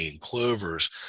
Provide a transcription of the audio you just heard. clovers